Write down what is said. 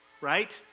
right